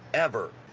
ever.